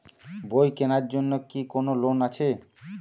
বই কেনার জন্য কি কোন লোন আছে?